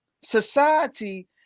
society